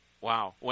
Wow